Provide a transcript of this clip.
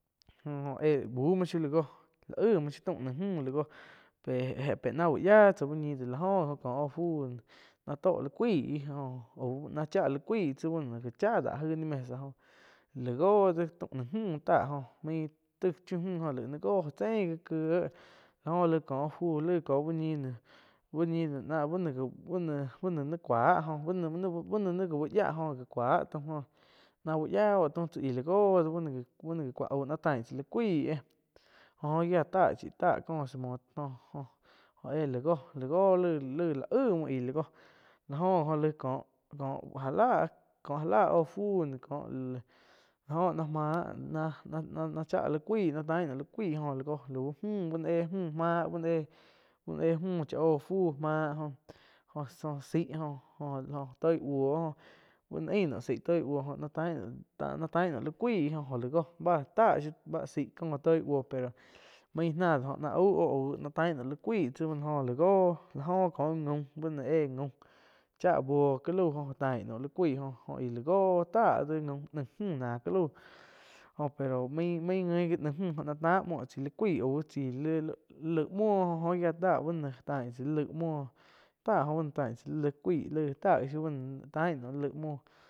Jo óh éh buh muoh shiu lá gó la aih muo shiu tau nain mü la góh peh ná uh yáh úh ñih do la oh gi go ko. Óh fu óh tó li cuaí aú náh cháh li cuaih tsi bu no oh gá cha dá ni mesa jóh láh go déh taum nain múh táh main taih chiu mú joh óh chein gi kiéh láh oh laig ko oh fu laig ko uh ñi no, úh ñi no na buh no bain cuáh jo ba no ni gá uh yia oh cuá taum jóh náh uh yia taum tsi íh la joh báh na ga cuáh náh tain tsá ni cuaí joh gia táh tsi táh kó sáh muoh la joh óh éh la go lau li-li la aig muo láh go gi lai coh-coh gáh la óh fu có, la oh ji nah máh náh-náh cháh li cuaih tain naum li cuaih oh la góh lauh muh bá no éh mu máh gá mah jó éh mu cha oh fu máh jo-jo sai jo-jo toih buoh bu no ain naum zaih toi buo jo náh tain naum li cuaí jó-jó la go báh- báh zaih cóh toi buoh pero main nah do oh náh au oh au na tain naum li cuai tsi bá nola go la joh láh jo ko gaum, báh noh éh gaum chá buoh ká lau oh jo tain naum li cuaih jo-jo la goh táh gi gaum nain múh náh calau, jóh pero main guinn ji nain muh náh tain naum tsi li cuaih auh tsi li laih muho oh gia táh búh no tain tzá li laih muo ytáh oh li tain tzá lilaih cuaih táh gi shiu bá noh tain naum li laih muoh.